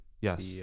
Yes